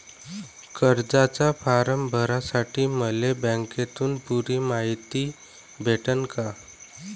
कर्जाचा फारम भरासाठी मले बँकेतून पुरी मायती भेटन का?